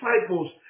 disciples